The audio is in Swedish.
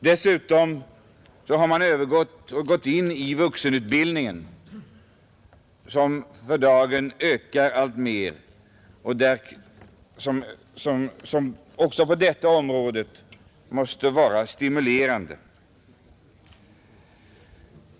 Dessutom har man gått in i vuxenutbildningen, som för dagen ökar alltmer och som också på detta område måste varastimulerande.